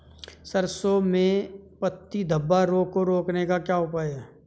सरसों में पत्ती धब्बा रोग को रोकने का क्या उपाय है?